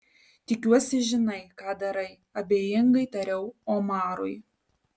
tikiuosi žinai ką darai abejingai tariau omarui